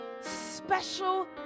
special